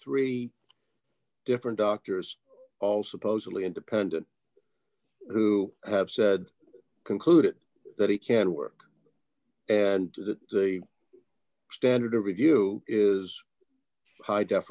three different doctors of supposedly independent who have said concluded that he can work and that a standard of review is hi